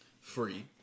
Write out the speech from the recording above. Free